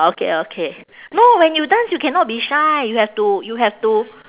okay okay no when you dance you cannot be shy you have to you have to